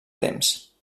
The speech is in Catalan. temps